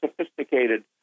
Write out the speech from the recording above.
sophisticated